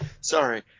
Sorry